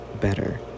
better